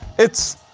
it's.